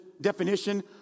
definition